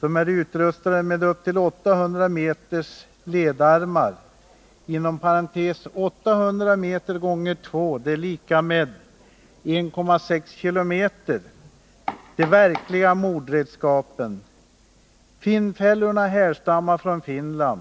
som är utrustade med upp till 800 meters ledarmar , de verkliga mordredskapen. Finnfällorna härstammar från Finland.